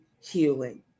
healing